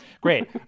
Great